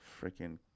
freaking